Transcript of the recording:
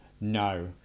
No